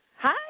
Hi